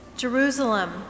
Jerusalem